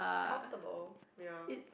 comfortable ya